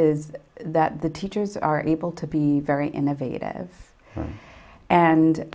is that the teachers are able to be very innovative and